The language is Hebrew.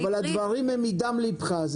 אבל הדברים הם מדם לבך.